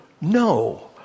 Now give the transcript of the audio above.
no